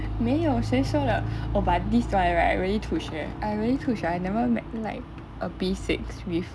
没有谁说的 oh but this one right really 吐血 I really 吐血 I never met like a P six with